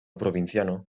provinciano